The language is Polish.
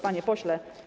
Panie Pośle!